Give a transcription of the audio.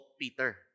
Peter